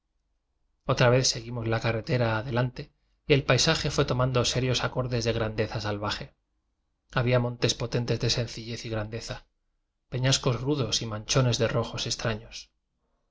otra vez seguimos la carretera adelante y el paisaje fue tomando serios acordes de grandeza salvaje había montes potentes de sencillez y grandeza peñascos rudos y manchones de rojos extraños